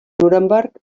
nuremberg